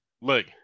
Look